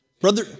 Brother